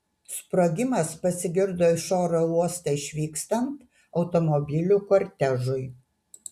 sprogimas pasigirdo iš oro uosto išvykstant automobilių kortežui